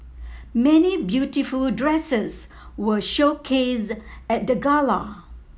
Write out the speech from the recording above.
many beautiful dresses were showcased at the gala